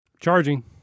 Charging